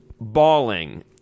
bawling